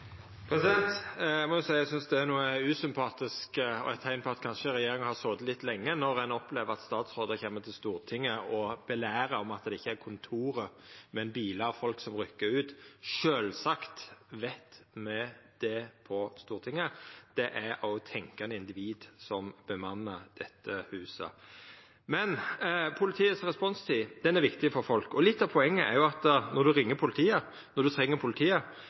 Eg må seia eg synest det er noko usympatisk og eit teikn på at regjeringa kanskje har sete litt lenge, når ein opplever at statsrådar kjem til Stortinget og belærer om at det ikkje er kontoret, men bilar og folk som rykkjer ut. Sjølvsagt veit me det på Stortinget. Det er òg tenkjande individ som bemannar dette huset. Men politiets responstid er viktig for folk, og litt av poenget er at når ein ringjer politiet, når ein treng politiet,